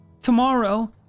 tomorrow